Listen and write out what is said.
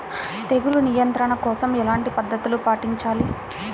తెగులు నియంత్రణ కోసం ఎలాంటి పద్ధతులు పాటించాలి?